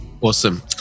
Awesome